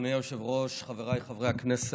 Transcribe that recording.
אדוני היושב-ראש, חבריי חברי הכנסת,